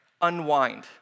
unwind